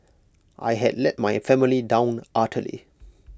I had let my family down utterly